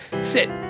Sit